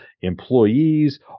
employees